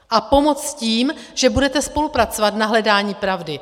A pomoct tím, že budete spolupracovat na hledání pravdy.